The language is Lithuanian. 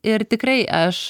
ir tikrai aš